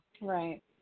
Right